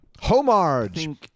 homage